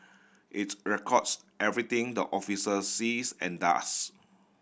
its records everything the officer sees and does